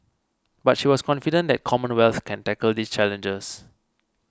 but she was confident that Commonwealth can tackle these challenges